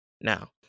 Now